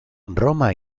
roma